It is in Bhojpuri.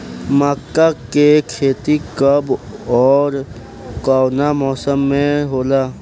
मका के खेती कब ओर कवना मौसम में होला?